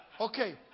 Okay